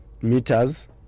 meters